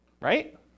right